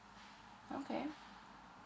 okay